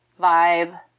vibe